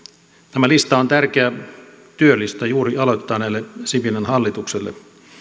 tämä lista on tärkeä työlista juuri aloittaneelle sipilän hallitukselle